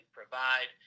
provide